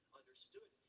understood